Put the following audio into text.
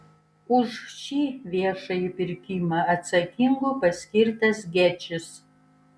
už šį viešąjį pirkimą atsakingu paskirtas gečis